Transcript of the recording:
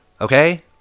okay